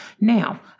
Now